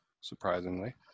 surprisingly